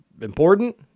important